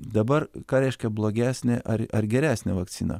dabar ką reiškia blogesnė ar ar geresnė vakcina